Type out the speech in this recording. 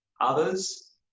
others